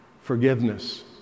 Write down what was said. forgiveness